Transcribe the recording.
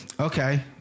okay